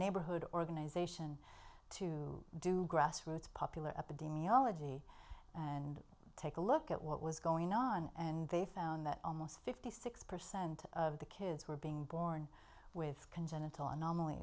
neighborhood organization to do grassroots popular epidemiology and take a look at what was going on and they found that almost fifty six percent of the kids were being born with congenital anomal